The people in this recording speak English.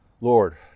Lord